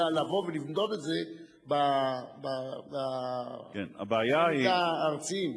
אלא לבוא ולמדוד את זה בקני המידה הארציים.